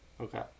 Okay